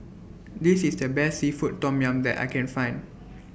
This IS The Best Seafood Tom Yum that I Can Find